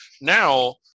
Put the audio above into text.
Now